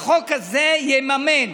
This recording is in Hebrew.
החוק הזה יממן